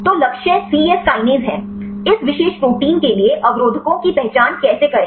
तो लक्ष्य C S kinase है इस विशेष प्रोटीन के लिए अवरोधकों की पहचान कैसे करें